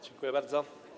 Dziękuję bardzo.